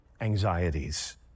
anxieties